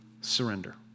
surrender